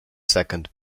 second